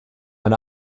eine